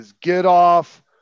get-off